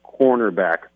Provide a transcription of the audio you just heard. cornerback